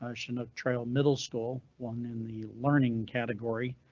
ocean of trail middle school. one in the learning category.